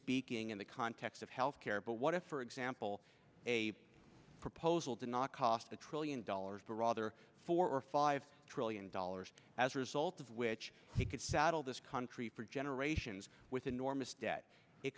peaking in the context of health care but what if for example a proposal did not cost a trillion dollars but rather four or five trillion dollars as a result of which he could saddle this country for generations with enormous debt it